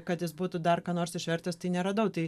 kad jis būtų dar ką nors išvertęs tai neradau tai